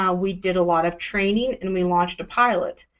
um we did a lot of training, and we launched a pilot.